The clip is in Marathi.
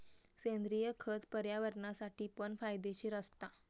सेंद्रिय खत पर्यावरणासाठी पण फायदेशीर असता